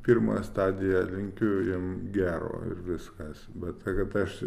pirma stadija linkiu jam gero ir viskas bet tai kad aš